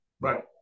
Right